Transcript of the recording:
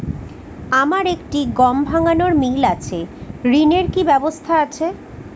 আমার একটি গম ভাঙানোর মিল আছে ঋণের কি ব্যবস্থা আছে?